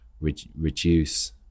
reduce